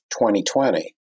2020